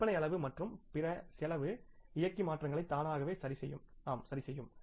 விற்பனை அளவு மற்றும் பிற செலவு இயக்கி மாற்றங்களை தானாகவே சரிசெய்யும் சரிசெய்யும்